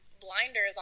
blinders